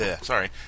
Sorry